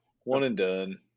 One-and-done